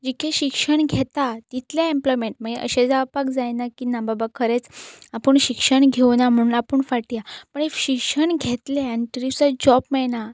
जितकें शिक्षण घेता तितलें ऍम्प्लॉयमँट मागीर अशें जावपाक जायना की ना बाबा खरेंच आपूण शिक्षण घेवंकना म्हूण आपूण फाटीं आसां पूण इफ शिक्षण घेतलें आनी तरी सुद्दां जॉब मेळना